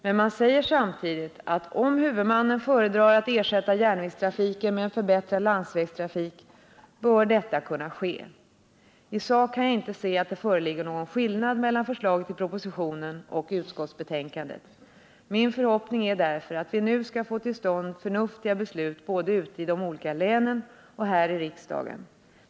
Men man säger samtidigt att om huvudmannen föredrar att ersätta järnvägstrafiken med en förbättrad landsvägstrafik bör detta kunna ske. I sak kan jag inte se att det föreligger någon skillnad mellan förslaget i propositionen och utskottsbetänkandet. Min förhoppning är därför att vi nu skall få till stånd förnuftiga beslut både ute i de olika länen och här i riksdagen.